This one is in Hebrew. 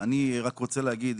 בפתח הדיון החשוב הזה אני רוצה להגיד